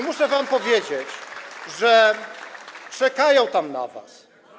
Muszę wam powiedzieć, że czekają tam na was.